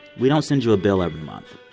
we don't send you a bill every month.